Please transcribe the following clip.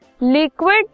liquid